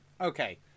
Okay